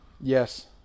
Yes